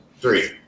Three